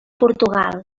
portugal